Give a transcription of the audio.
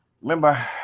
Remember